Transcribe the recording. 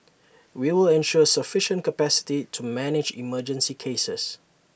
we will ensure sufficient capacity to manage emergency cases